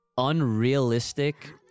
unrealistic